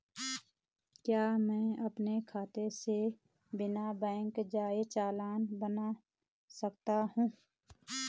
क्या मैं अपने खाते से बिना बैंक जाए चालान बना सकता हूँ?